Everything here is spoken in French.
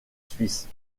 suisses